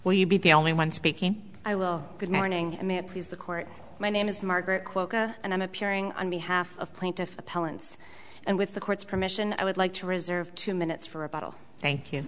will you be the only one speaking i will good morning please the court my name is margaret quokka and i'm appearing on behalf of plaintiff appellants and with the court's permission i would like to reserve two minutes for a bottle thank you